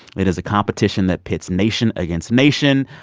it is a competition that pits nation against nation,